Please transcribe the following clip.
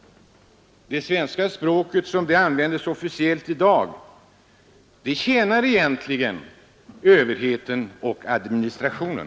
Det svenska språket som det används officiellt i dag tjänar egentligen överheten och administrationen.